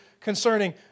concerning